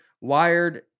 Wired